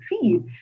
feed